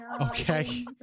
Okay